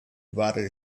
water